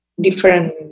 different